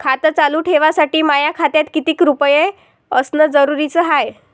खातं चालू ठेवासाठी माया खात्यात कितीक रुपये असनं जरुरीच हाय?